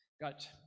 got